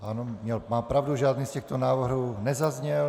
Ano, má pravdu, žádný z těchto návrhů nezazněl.